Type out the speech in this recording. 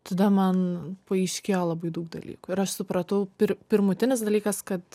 tada man paaiškėjo labai daug dalykų ir aš supratau pir pirmutinis dalykas kad